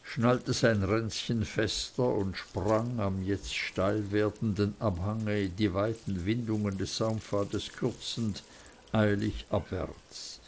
schnallte sein ränzchen fester und sprang am jetzt steil werdenden abhange die weiten windungen des saumpfades kürzend eilig abwärts